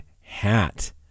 Hat